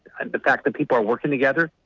and the fact that people are working together.